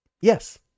yes